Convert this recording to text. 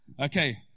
Okay